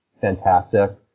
fantastic